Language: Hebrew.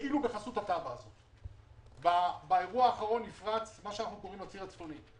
זה הציר ששימש לתנועה של כל רכבי ההצלה.